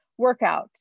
workouts